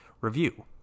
review